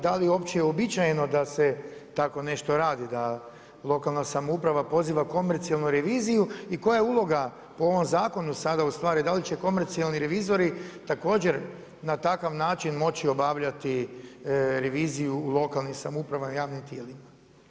Da li je uopće uobičajeno da se tako nešto radi, da lokalna samouprava poziva komercijalnu reviziju i koja je uloga po ovom zakonu sada u stvari, da li će komercijalni revizori također na takav način moći obavljati reviziju u lokalnim samoupravama i javnim tijelima?